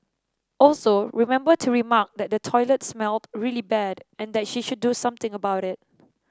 also remember to remark that the toilet smelled really bad and that she should do something about it